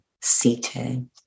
seated